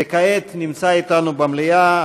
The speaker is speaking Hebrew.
וכעת נמצא איתנו במליאה,